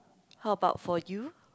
how about for you